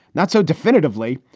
not so definitively.